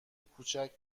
کوچک